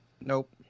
Nope